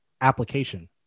application